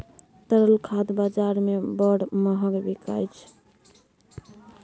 तरल खाद बजार मे बड़ महग बिकाय छै